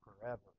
forever